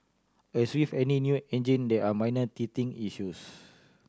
as with any new engine there are minor teething issues